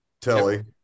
telly